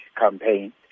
campaign